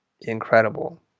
incredible